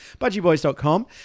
budgieboys.com